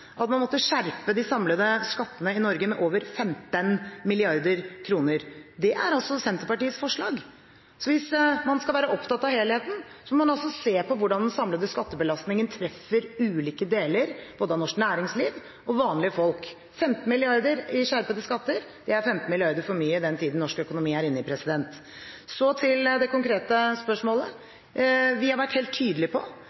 at man måtte skjerpe de samlede skattene i Norge med over 15 mrd. kr. Det er altså Senterpartiets forslag. Hvis man skal være opptatt av helheten, må man se på hvordan den samlede skattebelastningen treffer ulike deler av norsk næringsliv og vanlige folk. 15 mrd. kr i skjerpede skatter er 15 mrd. kr for mye i den tiden norsk økonomi er inne i. Så til det konkrete spørsmålet. Vi har vært helt tydelige på